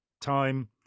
time